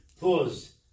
pause